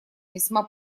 весьма